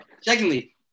secondly